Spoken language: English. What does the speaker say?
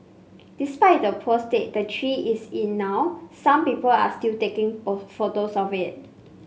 despite the poor state the tree is in now some people are still taking of photos of it